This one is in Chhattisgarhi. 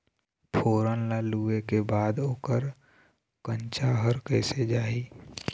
फोरन ला लुए के बाद ओकर कंनचा हर कैसे जाही?